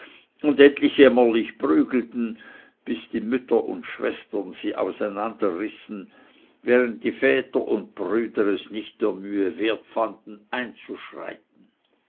und endlich jämmerlich prügelten bis die mütter und schwestern sie auseinanderrissen während die väter und brüder es nicht der mühe wert fanden einzuschreiten